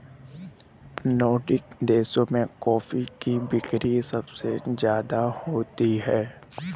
Nordic देशों में coffee की बिक्री सबसे ज्यादा होती है